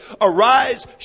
Arise